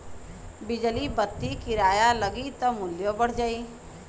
बिजली बत्ति किराया लगी त मुल्यो बढ़ जाई